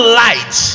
light